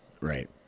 Right